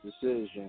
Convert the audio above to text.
decision